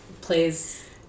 plays